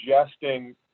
suggesting